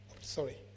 sorry